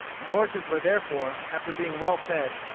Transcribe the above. the horses were therefore, after being well fed,